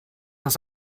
das